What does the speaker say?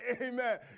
Amen